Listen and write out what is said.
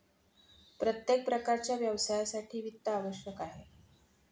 प्रत्येक प्रकारच्या व्यवसायासाठी वित्त आवश्यक आहे